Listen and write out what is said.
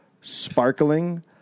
sparkling